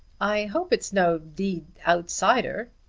i hope it's no d outsider,